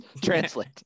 translate